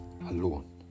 alone